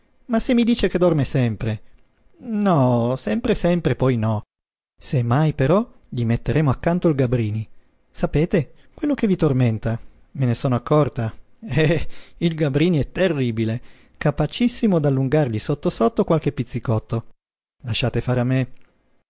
ma se mi dice che dorme sempre no sempre sempre poi no se mai però gli metteremo accanto il gabrini sapete quello che vi tormenta me ne sono accorta ah il gabrini è terribile capacissimo d'allungargli sotto sotto qualche pizzicotto lasciate fare a me